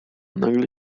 nagle